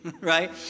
Right